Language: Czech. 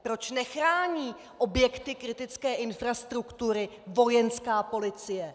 Proč nechrání objekty kritické infrastruktury Vojenská policie?